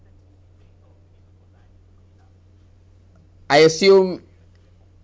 I assume